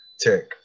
tick